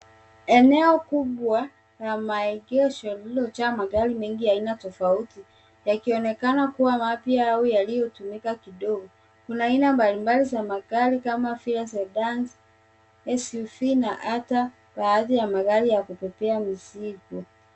Eneo kubwa la maegesho, lililojaa magari mengi ya aina tofauti yakionekana kuwa mapya au yaliyotumika kidogo. Kuna aina mbalimbali za magari kama vile Sedan, SUV na hata baadhi ya magari ya kubebea mizigo.